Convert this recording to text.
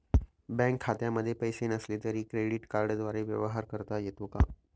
Bank खात्यामध्ये पैसे नसले तरी क्रेडिट कार्डद्वारे व्यवहार करता येतो का?